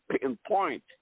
pinpoint